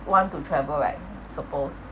want to travel right suppose